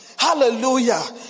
hallelujah